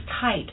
tight